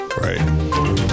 Right